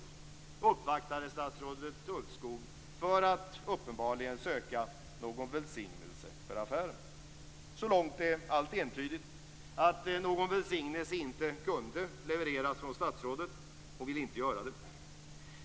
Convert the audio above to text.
Man uppvaktade statsrådet Ulvskog för att uppenbarligen söka någon välsignelse för affären. Så långt är allt entydigt att någon välsignelse inte kunde levereras från statsrådet. Hon ville inte göra det.